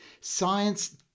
science